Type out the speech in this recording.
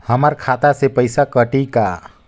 हमर खाता से पइसा कठी का?